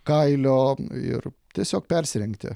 kailio ir tiesiog persirengti